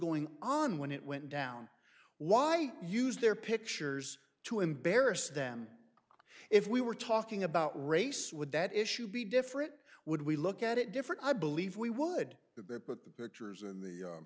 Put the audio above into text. going on when it went down why use their pictures to embarrass them if we were talking about race would that issue be different would we look at it different i believe we would that they put the pictures in the